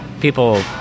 people